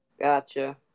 gotcha